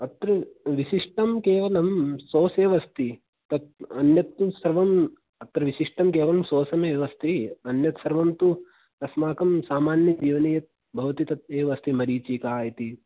अत्र विशिष्टं केवलं सास् एव अस्ति तत् अन्यत् तु सर्वम् अत्र विशिष्टं केवलं सासमेव अस्ति अन्यत् सर्वं तु अस्माकं सामान्यजीवने यत् भवति तत् एव अस्ति मरीचिका इति